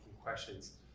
questions